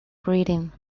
breathing